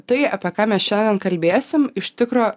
tai apie ką mes šiandien kalbėsim iš tikro